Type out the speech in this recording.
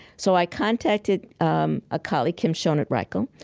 so i contacted um a colleague, kim schonert-reichl,